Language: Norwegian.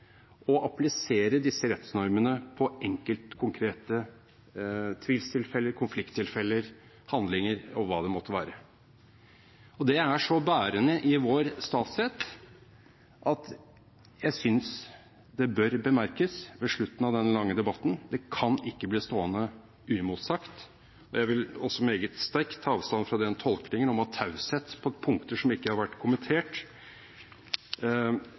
å applisere disse rettsnormene på konkrete tvilstilfeller, konflikttilfeller, handlinger og hva det måtte være. Det er så bærende i vår statsrett at jeg synes det bør bemerkes ved slutten av denne lange debatten. Det kan ikke bli stående uimotsagt. Jeg vil også meget sterkt ta avstand fra den tolkningen at taushet på punkter som ikke har vært kommentert,